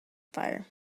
fire